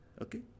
Okay